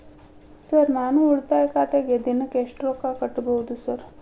Sir ನಾನು ಉಳಿತಾಯ ಖಾತೆಗೆ ದಿನಕ್ಕ ಎಷ್ಟು ರೊಕ್ಕಾ ಕಟ್ಟುಬಹುದು ಸರ್?